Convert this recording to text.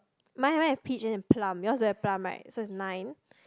mine have peach and plum yours don't have plum right so that's nine